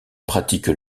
pratiquent